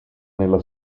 nella